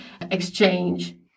exchange